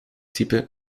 type